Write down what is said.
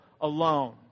alone